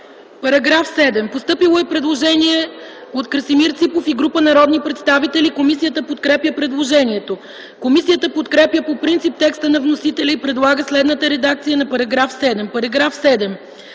народния представител Красимир Ципов и група народни представители. Комисията подкрепя предложението. Комисията подкрепя по принцип текста на вносителя и предлага следната редакция на § 5: „§ 5.